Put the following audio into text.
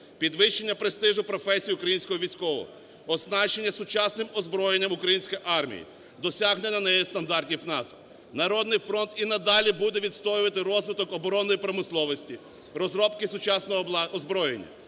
підвищення престижу професії українського військового, оснащення сучасним озброєнням української армії, досягнення нею стандартів НАТО. "Народний фронт" і надалі буде відстоювати розвиток оборонної промисловості, розробки сучасного озброєння.